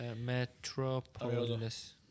Metropolis